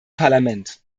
parlament